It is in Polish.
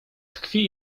tkwi